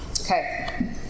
Okay